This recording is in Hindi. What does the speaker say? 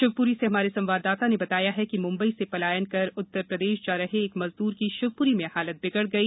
शिवपुरी से हमारे संवाददाता ने बताया है कि म्ंबई से पलायन कर उत्तरप्रदेश जा रहे एक मजदूर की शिवप्री में हालत बिगड़ गई